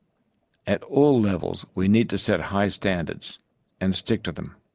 at all levels, we need to set high standards and stick to them.